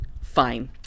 Fine